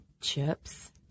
chips